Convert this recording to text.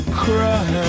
cry